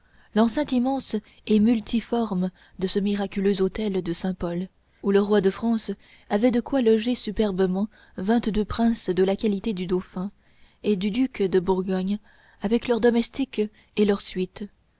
l'enceinte immense et multiforme de ce miraculeux hôtel de saint-pol où le roi de france avait de quoi loger superbement vingt-deux princes de la qualité du dauphin et du duc de bourgogne avec leurs domestiques et leurs suites